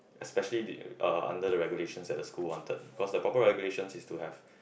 especially uh under the regulations that the school wanted cause the proper regulations is to have